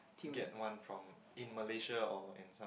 get one from in Malaysia or and some